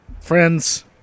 friends